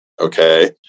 Okay